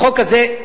החוק הזה,